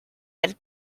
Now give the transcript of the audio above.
had